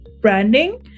branding